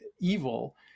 evil